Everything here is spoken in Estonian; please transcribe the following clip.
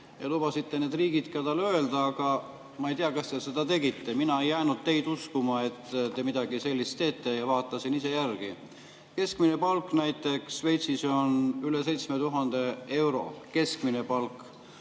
ja lubasite need riigid ka talle öelda. Ma ei tea, kas te seda tegite. Mina ei jäänud teid uskuma, et te midagi sellist teete, ja vaatasin ise järgi. Keskmine palk on näiteks Šveitsis üle 7000 euro. Keskmine palk!